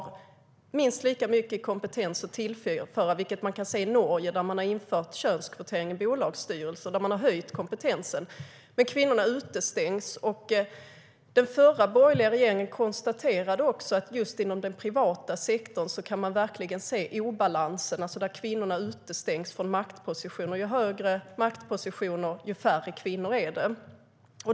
Kvinnor har minst lika mycket kompetens att tillföra, vilket vi kan se i Norge där man har infört könskvotering till bolagsstyrelser och höjt kompetensen. Den borgerliga regeringen konstaterade också att just inom den privata sektorn kan man verkligen se obalansen. Kvinnor utestängs från maktpositioner. Ju högre maktpositioner, desto färre kvinnor är det.